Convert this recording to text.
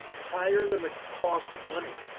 higher than the cost of money,